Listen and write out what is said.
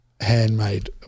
Handmade